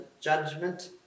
judgment